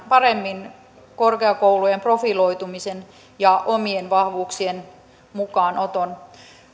paremmin korkeakoulujen profiloitumisen ja omien vahvuuksien mukaan oton